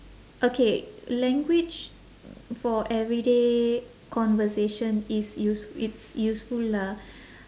okay language for everyday conversation is use~ it's useful lah